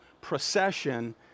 procession